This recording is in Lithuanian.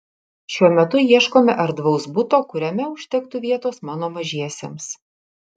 šiuo metu ieškome erdvaus buto kuriame užtektų vietos mano mažiesiems